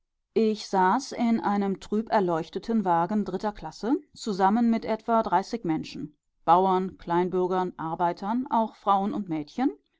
ich saß in einem trüb erleuchteten wagen dritter klasse zusammen mit etwa dreißig menschen bauern kleinbürgern arbeitern auch frauen und mädchen